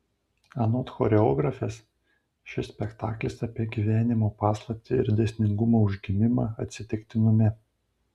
anot choreografės šis spektaklis apie gyvenimo paslaptį ir dėsningumo užgimimą atsitiktinume